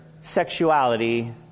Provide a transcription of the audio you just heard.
sexuality